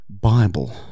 Bible